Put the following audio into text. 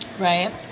right